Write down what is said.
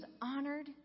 honored